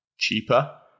cheaper